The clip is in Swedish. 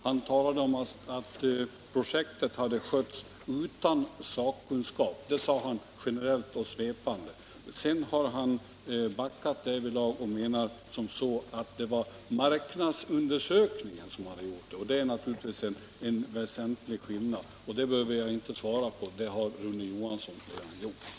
Han talade om att projektet hade skötts utan sakkunskap — det sade han generellt och svepande. Sedan har han backat därvidlag och menar att det var marknadsundersökningen detta gällde. Det är naturligtvis en väsentlig skillnad. Detta behöver jag inte svara på; det har Rune Johansson redan gjort.